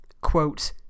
Quote